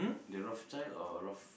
the Rothschild or Roth~